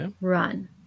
run